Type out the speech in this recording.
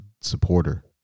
supporter